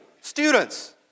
students